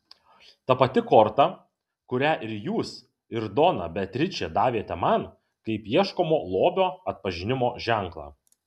ta pati korta kurią ir jūs ir dona beatričė davėte man kaip ieškomo lobio atpažinimo ženklą